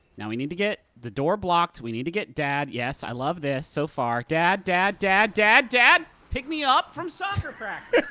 now, we need to get the door blocked. we need to get dad. yes, i love this so far. dad, dad, dad, dad, dad, pick me up from soccer practice!